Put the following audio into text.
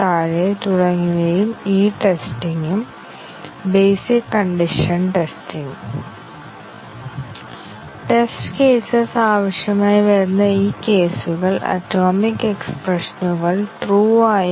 തീരുമാന കവറേജിൽ ഒരു if സ്റ്റേറ്റ്മെന്റ് പോലെ ഒരു തീരുമാനപ്രകടനമുണ്ടെന്ന് ഞങ്ങൾ ഓർക്കുന്നു അതേസമയം സ്റ്റേറ്റ്മെന്റ് ടെസ്റ്റ് കേസുകൾ തീരുമാനം സത്യവും തെറ്റും എടുക്കുന്നുവെന്ന് ഉറപ്പാക്കണം അതിനാൽ തീരുമാന പരിശോധനയിൽ ഉൾപ്പെടുന്ന പ്രോഗ്രാം ഘടകം അതാണ്